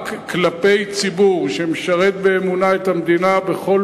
רק בציבור שמשרת באמונה את המדינה בכל